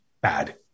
Bad